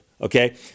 okay